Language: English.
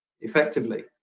effectively